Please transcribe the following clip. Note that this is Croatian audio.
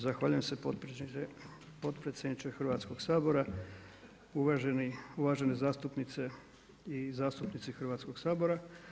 Zahvaljujem se potpredsjedniče Hrvatskoga sabora, uvažene zastupnice i zastupnici Hrvatskoga sabora.